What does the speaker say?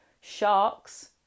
sharks